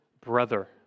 brother